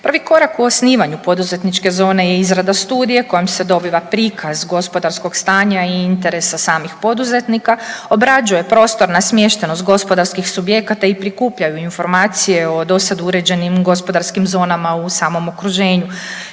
Prvi korak u osnivanju poduzetničke zone je izrada studije kojom se dobiva prikaz gospodarskog stanja i interesa samih poduzetnika, obrađuje prostor na smještenost gospodarskih subjekata i prikupljaju informacije o do sada uređenim gospodarskim zonama u samom okruženju.